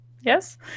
Yes